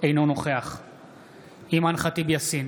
אינו נוכח אימאן ח'טיב יאסין,